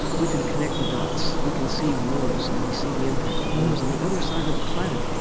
we can connect the dots. we can see wars, and we see the impact of wars on the other side of the planet,